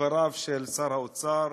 לדבריו של שר האוצר